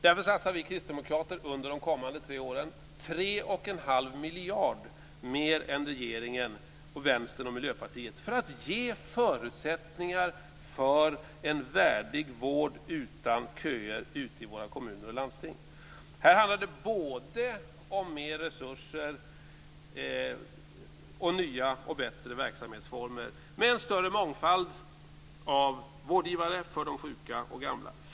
Därför satsar vi kristdemokrater under de kommande tre åren 3,5 miljarder mer än regeringen, Vänstern och Miljöpartiet för att ge förutsättningar för en värdig vård utan köer ute i våra kommuner och landsting. Här handlar det både om mer resurser och om nya och bättre verksamhetsformer med en större mångfald av vårdgivare för de sjuka och gamla.